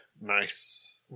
Nice